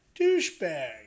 Douchebag